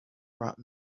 brought